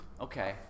Okay